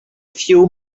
few